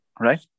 right